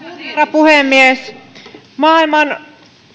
puhemies maailman